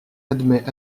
admet